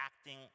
acting